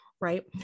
Right